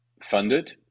funded